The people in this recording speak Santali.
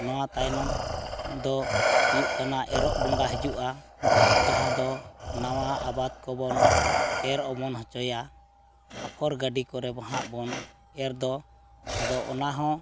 ᱱᱚᱣᱟ ᱛᱟᱭᱱᱚᱢ ᱫᱚ ᱦᱩᱭᱩᱜ ᱠᱟᱱᱟ ᱮᱨᱚᱜ ᱵᱚᱸᱜᱟ ᱦᱤᱡᱩᱜᱼᱟ ᱡᱟᱦᱟᱫᱚ ᱱᱟᱣᱟ ᱟᱵᱟᱫᱽ ᱠᱚᱵᱚᱱ ᱮᱨ ᱚᱢᱚᱱ ᱦᱚᱪᱚᱭᱟ ᱟᱯᱷᱚᱨ ᱜᱟᱰᱤ ᱠᱚᱨᱮ ᱦᱟᱸᱜ ᱵᱚᱱ ᱮᱨ ᱫᱚ ᱟᱫᱚ ᱚᱱᱟᱦᱚᱸ